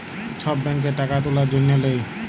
ছব ব্যাংকে টাকা তুলার জ্যনহে লেই